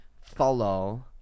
follow